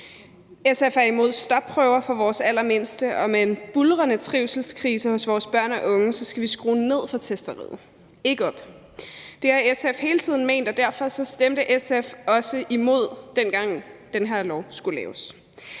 SF er imod stopprøver for vores allermindste, og med en buldrende trivselskrise hos vores børn og unge skal vi skrue ned for testeriet og ikke op. Det har SF hele tiden ment, og derfor stemte SF også imod, dengang den her lov skulle laves.